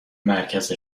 مرکز